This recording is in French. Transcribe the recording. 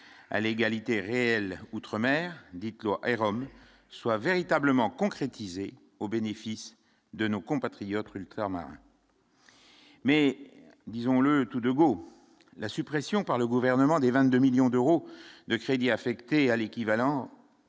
à l'égalité réelle outre-mer, dite loi et Rome soit véritablement concrétisé au bénéfice de nos compatriotes. Mais disons-le tout de Go la suppression par le gouvernement des 22 millions d'euros de crédits affectés à l'équivalent